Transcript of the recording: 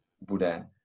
Bude